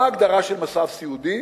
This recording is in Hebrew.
מה ההגדרה של מצב סיעודי,